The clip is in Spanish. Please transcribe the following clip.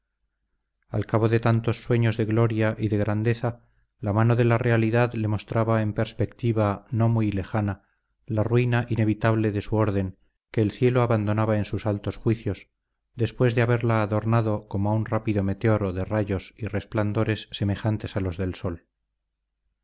al cabo de tantos sueños de gloria y de grandeza la mano de la realidad le mostraba en perspectiva no muy lejana la ruina inevitable de su orden que el cielo abandonaba en sus altos juicios después de haberla adornado como a un rápido meteoro de rayos y resplandores semejantes a los del sol